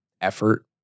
effort